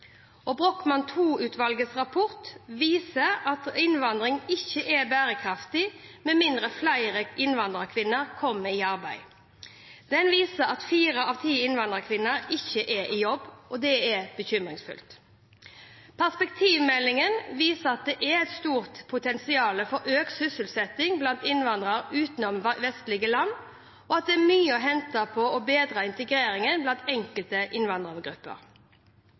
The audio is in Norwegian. Brochmann II-utvalgets rapport viser at innvandringen ikke er bærekraftig med mindre flere innvandrerkvinner kommer i arbeid. Den viser at fire av ti innvandrerkvinner ikke er i jobb, og det er bekymringsfullt. Perspektivmeldingen viser at det er et stort potensial for økt sysselsetting blant innvandrere utenom vestlige land, og at det er mye å hente på å bedre integreringen blant enkelte innvandrergrupper.